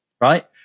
right